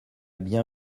bien